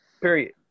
Period